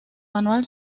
manual